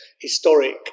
historic